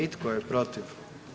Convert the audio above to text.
I tko je protiv?